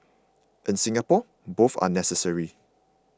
in Singapore both are necessary